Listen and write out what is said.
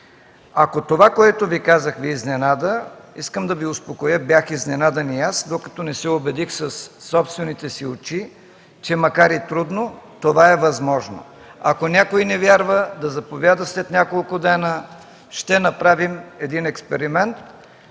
Ако това, което Ви казах, Ви изненада, искам да Ви успокоя – бях изненадан и аз, докато не се убедих със собствените си очи, че макар и трудно, това е възможно. Ако някой не вярва, да заповяда след няколко дни, ще направим експеримент.